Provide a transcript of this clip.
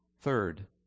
Third